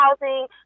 housing